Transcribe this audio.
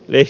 leif